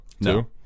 No